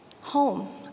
home